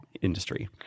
industry